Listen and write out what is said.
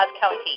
County